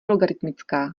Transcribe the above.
logaritmická